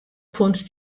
punt